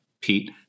Pete